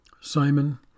Simon